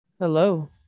Hello